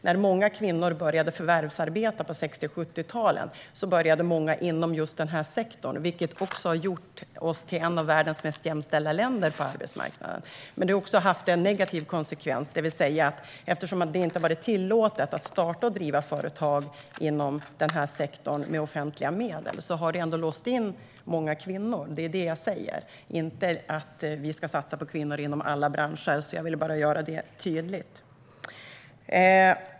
När många kvinnor började förvärvsarbeta på 60 och 70-talen började många inom just denna sektor, vilket också har gjort oss till ett av världens mest jämställda länder på arbetsmarknaden. Men det har också haft en negativ konsekvens, det vill säga att eftersom det inte har varit tillåtet att starta och driva företag inom denna sektor med offentliga medel har det låst in många kvinnor. Det är detta jag säger. Vi ska satsa på kvinnor inom alla branscher. Jag ville bara göra detta tydligt.